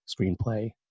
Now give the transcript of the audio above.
screenplay